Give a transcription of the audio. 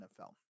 NFL